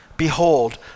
Behold